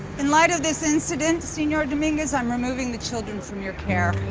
in light of this incident, sr. dominguez, i'm removing the children from your care.